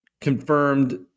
confirmed